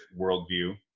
worldview